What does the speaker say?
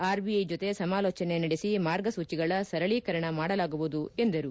RBI ಜೊತೆ ಸಮಾಲೋಚನೆ ನಡೆಸಿ ಮಾರ್ಗಸೂಚಿಗಳ ಸರಳೀಕರಣ ಮಾಡಲಾಗುವುದು ಎಂದರು